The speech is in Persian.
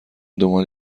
دنبال